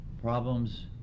problems